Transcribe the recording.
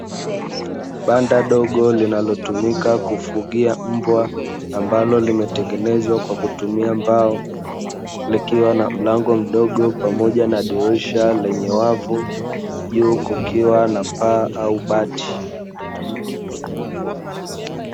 Banda dogo linalotumika kufugia mbwa, ambalo limetengenezwa kwa kutumia mbao, likiwa na mlango mdogo pamoja na dirisha lenye wavu, juu kukiwa na paa au bati.